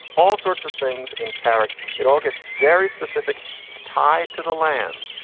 all sorts of things in carrick. it all gets very specific. it's tied to the land.